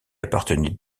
appartenait